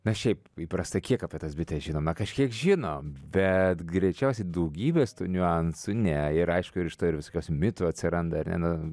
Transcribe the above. na šiaip įprasta kiek apie tas bites žinome kažkiek žinom bet greičiausiai daugybės tų niuansų ne ir aišku ir iš to ir visokiausių mitų atsiranda ar ne nu